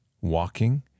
walking